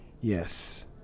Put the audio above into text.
Yes